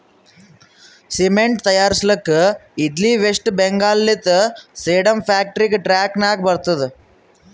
cement ತೈಯಾರ್ಸ್ಲಕ್ ಇದ್ಲಿ ವೆಸ್ಟ್ ಬೆಂಗಾಲ್ ಲಿಂತ ಸೇಡಂ ಫ್ಯಾಕ್ಟರಿಗ ಟ್ರಕ್ ನಾಗೆ ಬರ್ತುದ್